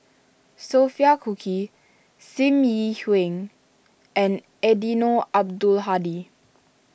Sophia Cooke Sim Yi Hui and Eddino Abdul Hadi